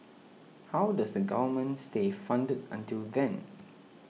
how does the Government stay funded until then